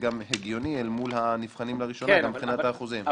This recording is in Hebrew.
גם הגיוני אל מול הנבחנים לראשונה גם מבחינת האחוזים.